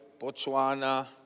Botswana